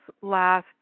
last